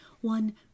One